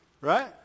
Right